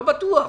לא בטוח.